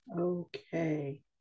Okay